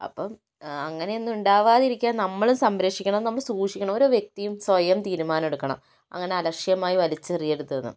അപ്പം അങ്ങനെ ഒന്നും ഉണ്ടാവാതിരിക്കാൻ നമ്മള് സംരക്ഷിക്കണം നമ്മള് സൂക്ഷിക്കണം ഓരോ വ്യക്തിയും സ്വയം തീരുമാനം എടുക്കണം അങ്ങനെ അലക്ഷ്യമായി വലിച്ചെറിയരുത് എന്ന്